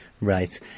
Right